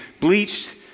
bleached